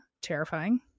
Terrifying